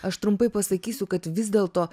aš trumpai pasakysiu kad vis dėlto